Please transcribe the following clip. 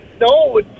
no